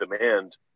demand